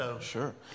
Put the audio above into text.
Sure